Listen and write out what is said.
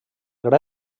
gra